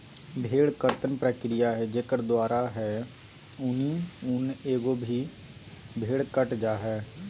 भेड़ कर्तन प्रक्रिया है जेकर द्वारा है ऊनी ऊन एगो की भेड़ कट जा हइ